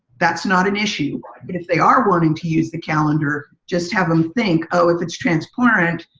that's not an issue. and if they are learning to use the calendar, just have them think, oh if it's transparent,